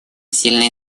сильные